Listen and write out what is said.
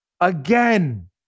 again